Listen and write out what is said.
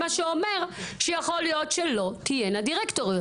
מה שאומר שיכול להיות שלא תהינה דירקטוריות,